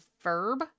verb